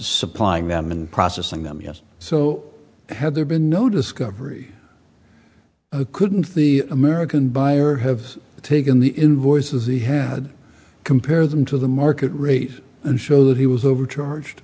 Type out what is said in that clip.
supplying them and processing them yes so had there been no discovery couldn't the american buyer have taken the invoices he had compare them to the market rate and show that he was overcharged